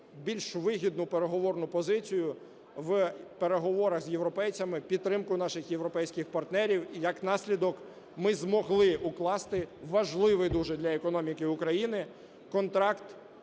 більш вигідну переговорну позицію в переговорах з європейцями, підтримку наших європейських партнерів. Як наслідок ми змогли укласти важливий дуже для економіки України контракт